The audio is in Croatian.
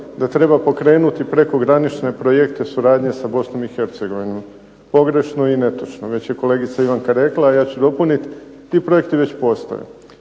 da treba pokrenuti prekogranične projekte suradnje sa Bosnom i Hercegovinom. Pogrešno i netočno. Već je kolegica Ivanka rekla, a ja ću dopuniti. Ti projekti već postoje.